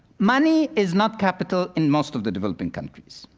money is not capital in most of the developing countries.